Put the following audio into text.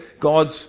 God's